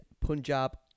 Punjab